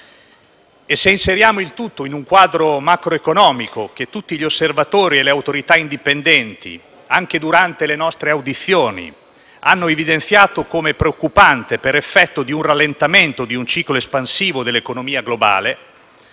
Se inseriamo il tutto in un quadro macroeconomico che tutti gli osservatori e le autorità indipendenti, anche durante le nostre audizioni, hanno evidenziato come preoccupante per effetto di un rallentamento di un ciclo espansivo dell'economia globale,